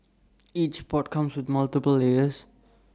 each pot comes with multiple layers